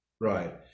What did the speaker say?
Right